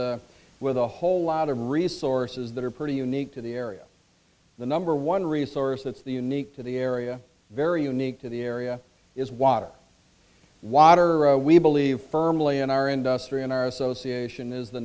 with with a whole lot of resources that are pretty unique to the area the number one resource that's the unique to the area very unique to the area is water water we believe firmly in our industry and our association is the